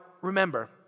remember